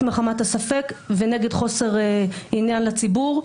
מחמת הספק ובגלל חוסר עניין לציבור,